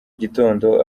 gitondo